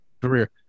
career